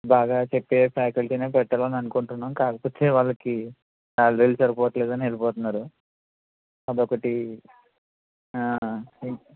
బాగా చేప్పే ఫాకల్టీనే పెట్టాలి అని అనుకుంటున్నాము కాకపోతే వాళ్ళకి శాలరీలు సరిపోవటం లేదు అని వెళ్లిపోతున్నారు అదొకటి ఆ